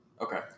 Okay